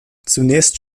zunächst